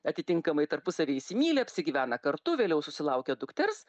atitinkamai tarpusavy įsimyli apsigyvena kartu vėliau susilaukia dukters